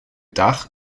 dach